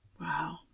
Wow